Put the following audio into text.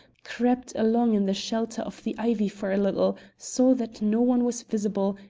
crept along in the shelter of the ivy for a little, saw that no one was visible,